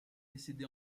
décédé